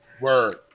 Word